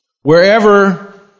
Wherever